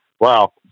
Wow